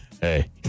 hey